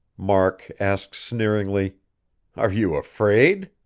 mark asked sneeringly are you afraid?